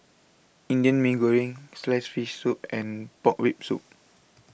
Indian Mee Goreng Sliced Fish Soup and Pork Rib Soup